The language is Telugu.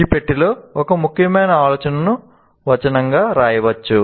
ఈ పెట్టెలో ఒక ముఖ్యమైన ఆలోచనను వచనంగా వ్రాయవచ్చు